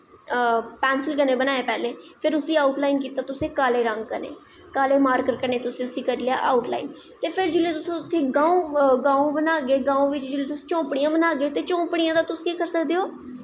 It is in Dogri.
पैंसल कन्नै बनाई फिर अऊट लाईन कीता तुसें काले रंग कन्नै काले मार्कर कन्नै तुसें उसी करी लेआ अऊट लाईन फिर जिसलै तुसैं अग्ग गांव कन्नै अग्गैं गांव गी तुस झोंपड़ियां बनागे ते झोंपड़ियां दा तुस केह् करी सकदे ओ